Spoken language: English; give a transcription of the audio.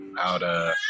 out